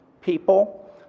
people